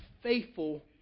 Faithful